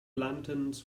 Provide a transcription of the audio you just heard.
lanterns